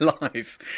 life